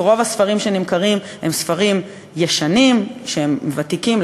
רוב הספרים שנמכרים הם ספרים ישנים שהם ותיקים,